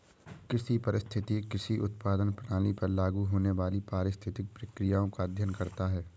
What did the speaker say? कृषि पारिस्थितिकी कृषि उत्पादन प्रणालियों पर लागू होने वाली पारिस्थितिक प्रक्रियाओं का अध्ययन करता है